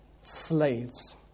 slaves